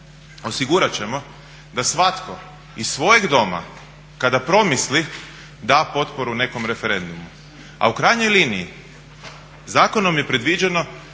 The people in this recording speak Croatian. osigurati ćemo da svatko iz svojeg doma, kada promisli da potporu nekom referendumu. A u krajnjoj liniji zakonom je predviđeno